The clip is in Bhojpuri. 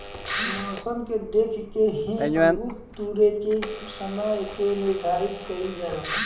मौसम के देख के ही अंगूर तुरेके के समय के निर्धारित कईल जाला